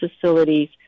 facilities